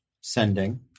Sending